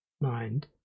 mind